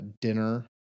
dinner